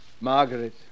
Margaret